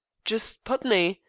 just putney.